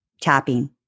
tapping